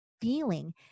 feeling